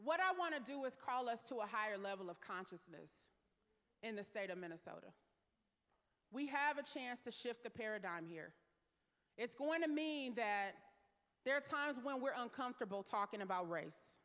what i want to do is call us to a higher level of consciousness in the state of minnesota we have a chance to shift the paradigm here it's going to mean that there are times when we're uncomfortable talking about race